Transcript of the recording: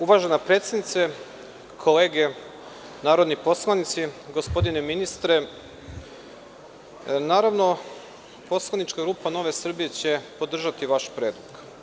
Uvažena predsednice, kolege narodni poslanici, gospodine ministre, naravno, poslanička grupa NS će podržati vaš predlog.